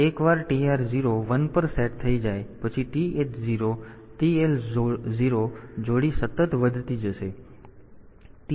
તેથી એકવાર આ TR 0 1 પર સેટ થઈ જાય પછી TH 0 TL 0 જોડી સતત વધતી જશે